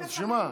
אז בשביל מה?